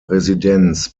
residenz